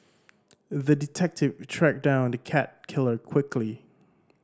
the detective tracked down the cat killer quickly